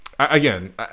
Again